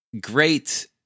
great